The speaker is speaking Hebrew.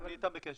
אני איתם בקשר.